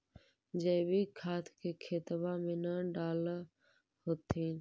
जैवीक खाद के खेतबा मे न डाल होथिं?